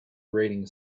grating